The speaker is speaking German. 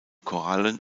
korallen